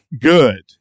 good